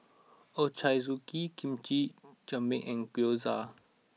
Ochazuke Kimchi Jjigae and Gyoza